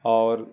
اور